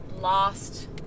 last